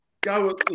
go